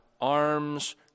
arms